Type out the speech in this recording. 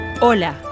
Hola